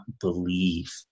believe